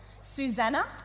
Susanna